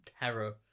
terror